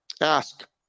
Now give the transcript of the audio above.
Ask